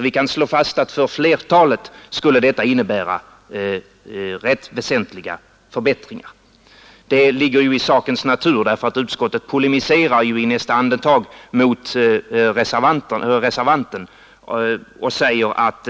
Vi kan slå fast att för flertalet skulle detta innebära rätt väsentliga förbättringar. Det ligger i sakens natur, och utskottet polemiserar i nästa andetag mot den motion som ligger till grund för reservationen 4 och säger att